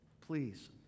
Please